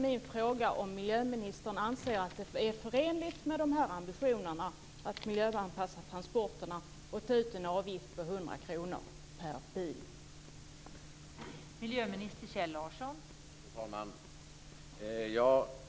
Min fråga är om miljöministern anser att det är förenligt med ambitionerna att miljöanpassa transporterna att ta ut en avgift på 100 kr per bil.